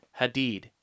Hadid